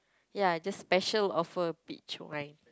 ya just special offer peach wine